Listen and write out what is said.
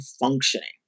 functioning